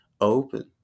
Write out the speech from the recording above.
open